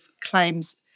claims